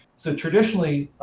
so traditionally,